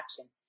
action